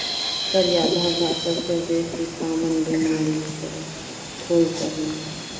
करिया धब्बा सबसँ बेसी काँमन बेमारी छै फुल सब मे